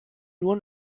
nur